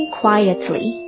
quietly